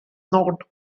not